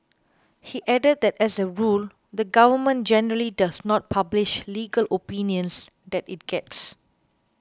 he added that as a rule the Government generally does not publish legal opinions that it gets